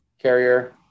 carrier